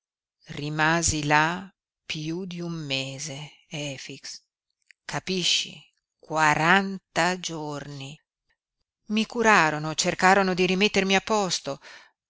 rimasi là piú di un mese efix capisci quaranta giorni i curarono cercarono di rimettermi a posto